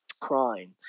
crime